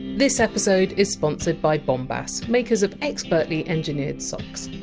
this episode is sponsored by bombas, makers of expertly engineered socks.